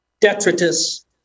detritus